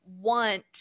want